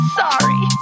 sorry